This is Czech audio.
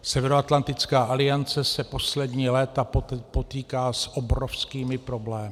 Severoatlantická aliance se poslední léta potýká s obrovskými problémy.